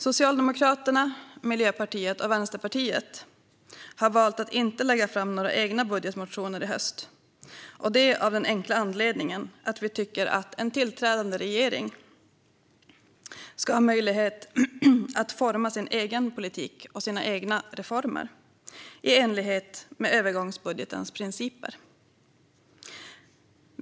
Socialdemokraterna, Miljöpartiet och Vänsterpartiet har valt att inte lägga fram några egna budgetmotioner i höst, och det är av den enkla anledningen att vi tycker att en tillträdande regering ska ha möjlighet att forma sin egen politik och sina egna reformer - i enlighet med övergångsbudgetens principer.